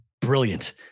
brilliant